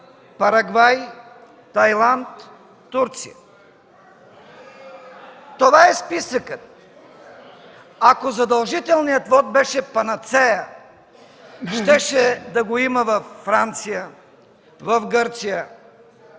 Парагвай, Тайланд, Турция. Това е списъкът! Ако задължителният вот беше панацея, щеше да го има във Франция, в Гърция, в